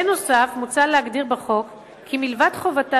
נוסף על כך מוצע להגדיר בחוק כי מלבד חובתה